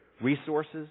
resources